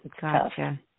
Gotcha